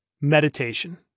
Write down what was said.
Meditation